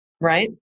right